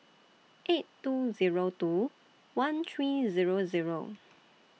eight two Zero two one three Zero Zero